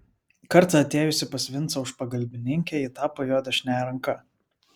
kartą atėjusi pas vincą už pagalbininkę ji tapo jo dešiniąja ranka